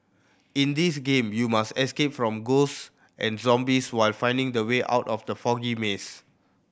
in this game you must escape from ghosts and zombies while finding the way out from the foggy maze